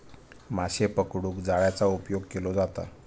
माशे पकडूक जाळ्याचा उपयोग केलो जाता